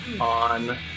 on